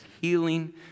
healing